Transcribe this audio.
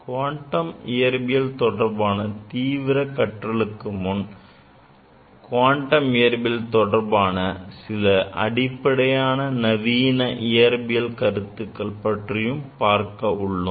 quantum இயற்பியல் தொடர்பாக தீவிரக் கற்றலுக்கு முன் குவாண்டம் இயற்பியல் தொடர்பான சில அடிப்படையான நவீன இயற்பியல் கருத்துக்கள் பற்றியும் பார்க்க உள்ளோம்